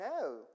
No